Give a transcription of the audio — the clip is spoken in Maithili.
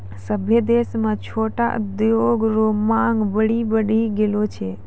सभ्भे देश म छोटो उद्योग रो मांग बड्डी बढ़ी गेलो छै